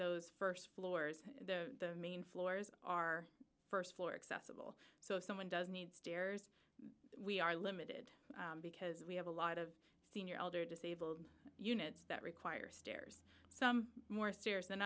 those st floors the main floors are st floor accessible so if someone does need stairs we are limited because we have a lot of senior older disabled units that require stairs some more serious than